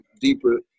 deeper